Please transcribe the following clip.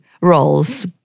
roles